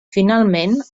finalment